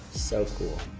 so cool.